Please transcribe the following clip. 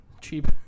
cheap